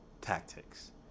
tactics